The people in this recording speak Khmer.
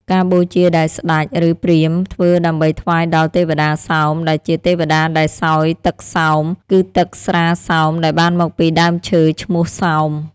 ការបូជាដែលស្ដេច ឬព្រាហ្មណ៍ធ្វើដើម្បីថ្វាយដល់ទេវតាសោម ដែលជាទេវតាដែលសោយទឹកសោម គឺទឹកស្រាសោមដែលបានមកពីដើមឈើឈ្មោះសោម។